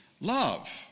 love